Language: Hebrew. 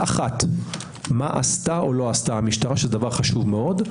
אחת: מה עשתה או לא עשתה המשטרה שזה דבר חשוב מאוד,